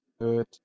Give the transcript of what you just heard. good